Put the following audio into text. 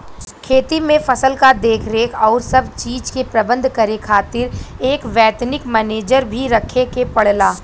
खेती में फसल क देखरेख आउर सब चीज के प्रबंध करे खातिर एक वैतनिक मनेजर भी रखे के पड़ला